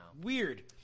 Weird